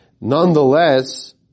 Nonetheless